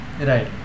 right